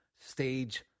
stage